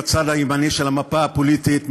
בצד הימני של המפה הפוליטית,